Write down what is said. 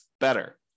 better